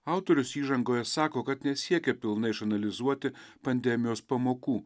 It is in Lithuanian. autorius įžangoje sako kad nesiekia pilnai išanalizuoti pandemijos pamokų